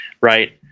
right